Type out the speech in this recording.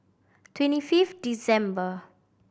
twenty fifth December